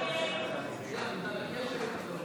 גם הסתייגות זו נדחתה.